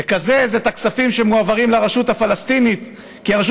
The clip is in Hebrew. לקזז את הכספים שמועברים לרשות הפלסטינית כי הרשות